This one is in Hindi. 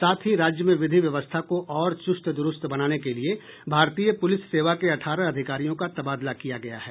साथ ही राज्य में विधि व्यवस्था को और चुस्त दुरुस्त बनाने के लिए भारतीय पुलिस सेवा के अठारह अधिकारियों का तबादला किया गया है